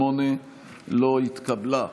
48 לא התקבלה.